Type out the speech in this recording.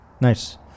nice